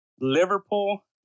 Liverpool